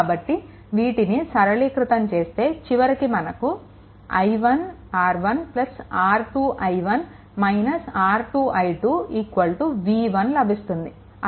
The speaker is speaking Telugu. కాబట్టి వీటిని సరళీకృతం చేస్తే చివరికి మనకు i1 R 1 R 2 i1 R 2 i2 v1 లభిస్తుంది